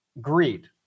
greed